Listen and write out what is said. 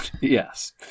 Yes